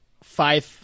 Five